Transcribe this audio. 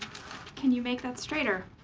can you make that straighter?